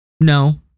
No